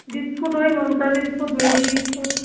biscuit ওই নোনতা biscuit Marie biscuit